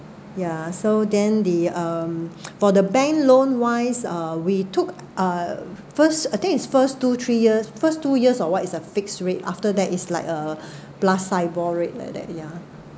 ya so then the um for the bank loan wise uh we took uh first I think it's first two three years first two years of what is a fixed rate after that it's like a plus SIBOR rate like that ya